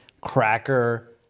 cracker